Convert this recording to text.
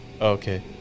Okay